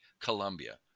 Colombia